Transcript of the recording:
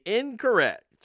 incorrect